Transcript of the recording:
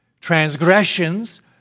transgressions